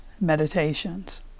meditations